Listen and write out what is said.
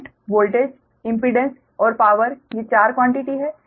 current voltage इम्पीडेंसऔर power ये चार क्वान्टिटी हैं